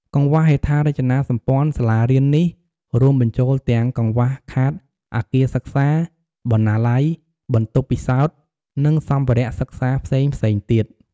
កង្វះហេដ្ឋារចនាសម្ព័ន្ធសាលារៀននេះរួមបញ្ចូលទាំងកង្វះខាតអគារសិក្សា បណ្ណាល័យ បន្ទប់ពិសោធន៍ និងសម្ភារៈសិក្សាផ្សេងៗទៀត។